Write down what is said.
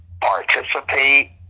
participate